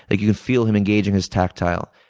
ah you can feel him engaging his tactile,